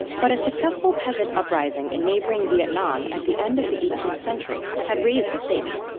but a successful peasant uprising in neighboring vietnam at the end of the eighteenth century had raised the stakes.